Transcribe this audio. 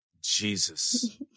Jesus